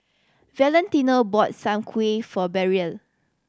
Valentino bought soon kway for Braelyn